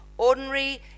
ordinary